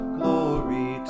glory